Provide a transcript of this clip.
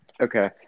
Okay